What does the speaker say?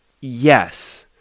yes